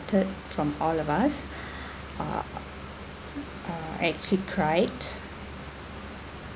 from all of us uh actually cried